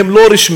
הם לא רשמיים,